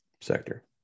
sector